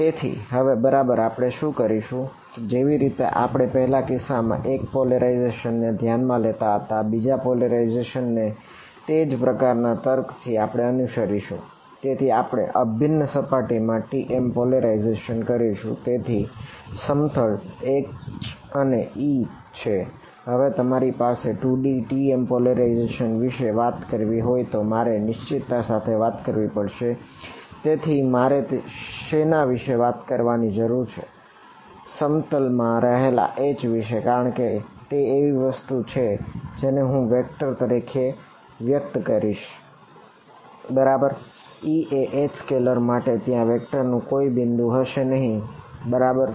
તેથી હવે આપણે શું કરશું કે જેવી રીતે આપણે પહેલાના કિસ્સામાં 1 પોલરાઇઝેશન નું કોઈ બિંદુ હશે નહિ બરાબર